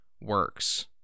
works